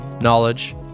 knowledge